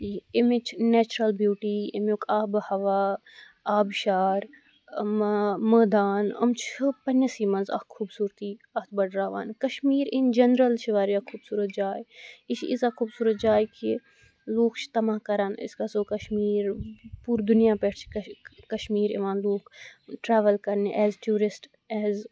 امِچ natural beauty امیُک آبہٕ ہوا آب شار اَما مٲدان یِم چھِ پَننسٕے منٛز اَکھ خُوبصورتِی اَتھ بٔڑراوان کَشمِیٖر اِن جَنرَل چھِ واریاہ خوبصورت جاے یہِ چھِ یِیٖژہ خُوبصورَت جاے کہِ لُکھ چھِ تَمع کران أسۍ گَژھو کَشمِیٖر پُوٗرٕ دُنیا پؠٹھ چھِ کَشمِیٖر یِوان لُکھ ٹریٚوٕل کَرنہِ ایز ٹیورِسٹ ایز